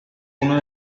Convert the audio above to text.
uno